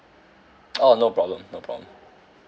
oh no problem no problem